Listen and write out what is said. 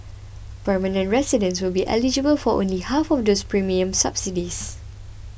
permanent residents will be eligible for only half of these premium subsidies